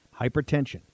Hypertension